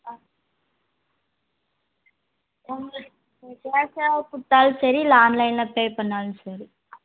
ஆ எங்களுக்கு கேஷாக கொடுத்தாலும் சரி இல்லை ஆன்லைனில் பே பண்ணாலும் சரி